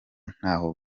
ntaho